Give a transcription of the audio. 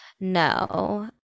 No